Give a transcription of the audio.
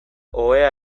ohea